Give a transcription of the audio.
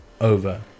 over